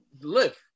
live